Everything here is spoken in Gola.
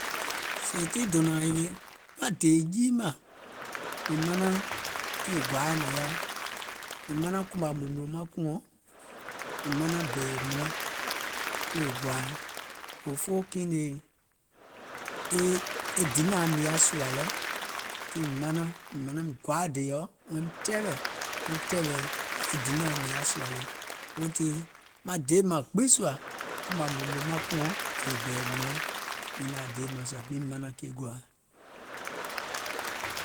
Sèè tii dònȧȧŋ yèwè, maŋ dèè jiim màŋ mìŋ manaŋ kèè gɔ̀aa nȧŋ yaȧ, kùmȧ mùnlò mùnlò maŋ kùȧŋ, mìŋ manaŋ bɛ̀ɛ̀ mùnlaŋ wèè gɔ̀aa, òfoo kiiŋ nèe, e dinaȧŋ mìŋ yaà sùȧ lɛ, mìŋ manaŋ mìŋ gɔ̀aa dèyɔ̀ɔ wɔim tɛɛwɛ̀, wɔŋ tɛ̀ɛ̀wɛ̀ e dinaȧŋ mìŋ yaȧ sùà lɛ, weètii maŋ deèim maŋ gbiŋ suà kùmȧ mùnlò mùnlò maŋ kùȧŋ yèè bɛ̀ɛ̀ mùnlaŋ miiŋ nȧŋ yaȧ deèim mȧŋ sùȧ miŋ mìŋ manaŋ kèè gɔ̀aa.